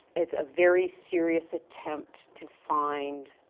it's a very serious attempt to find